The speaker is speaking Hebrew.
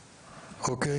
הבא.